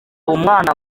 umwana